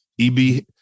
EB